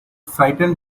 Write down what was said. frightened